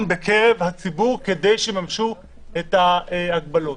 בקרב הציבור כדי שיממשו את ההגבלות.